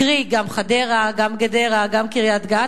קרי, גם חדרה, גם גדרה, גם קריית-גת.